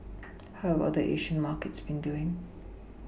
how are the Asian markets been doing